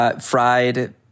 fried